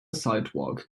sidewalk